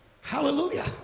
Hallelujah